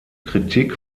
kritik